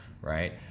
right